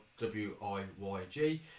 W-I-Y-G